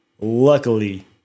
Luckily